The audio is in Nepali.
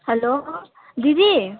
हेलो दिदी